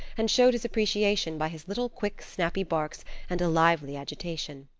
and showed his appreciation by his little quick, snappy barks and a lively agitation.